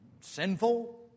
sinful